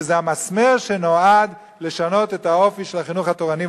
שזה המסמר שנועד לשנות את האופי של החינוך התורני.